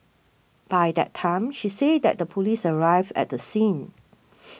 by that time she said that the police arrived at the scene